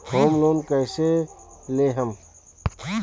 Home loan कैसे लेहम?